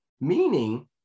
Meaning